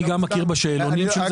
אני גם מכיר בשאלונים של זה, זה עד שליש.